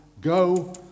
go